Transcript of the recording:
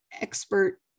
expert